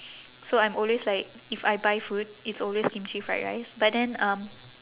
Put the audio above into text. so I'm always like if I buy food it's always kimchi fried rice but then um